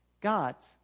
God's